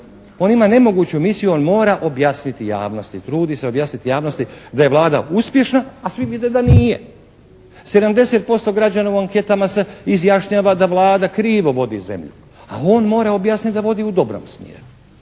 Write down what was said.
On ima nemoguću misiju. On mora objasniti javnosti, trudi se objasniti javnosti da je Vlada uspješna, a svi vide da nije. 70% građana u anketama se izjašnjava da Vlada krivo vodi zemlju, a on mora objasniti da vodi u dobrom smjeru.